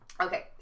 Okay